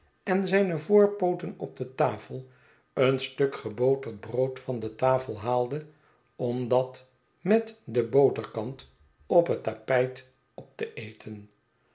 en zijne voorpooten op de tafel eeri stuk geboterd brood van de tafel haalde om dat met den boterkant op het tapijt op te eten